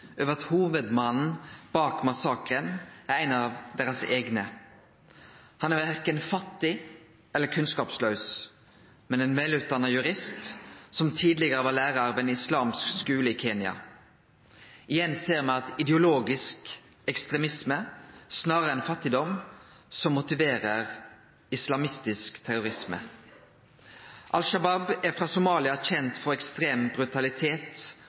over at hovudmannen bak massakren er ein av deira eigne. Han er verken fattig eller kunnskapslaus, men ein velutdanna jurist som tidlegare var lærar ved ein islamsk skule i Kenya. Igjen ser me at det er ideologisk ekstremisme snarare enn fattigdom som motiverer islamistisk terrorisme. Al Shabaab er frå Somalia kjend for ekstrem brutalitet